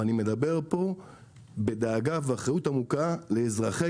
אבל אני מדבר בדאגה ובאחריות עמוקה לאזרחי